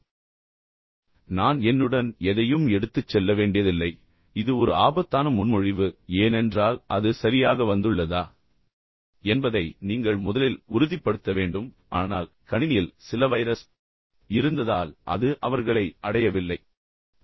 எனவே நான் என்னுடன் எதையும் எடுத்துச் செல்ல வேண்டியதில்லை இது ஒரு ஆபத்தான முன்மொழிவு ஏனென்றால் அது சரியாக வந்துள்ளதா என்பதை நீங்கள் முதலில் உறுதிப்படுத்த வேண்டும் ஆனால் கணினியில் சில வைரஸ் இருந்ததால் அது அவர்களை அடையவில்லை என்பதற்கான வாய்ப்பு உள்ளது